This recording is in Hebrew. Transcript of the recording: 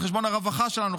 על חשבון הרווחה שלנו,